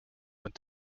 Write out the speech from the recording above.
went